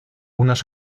unas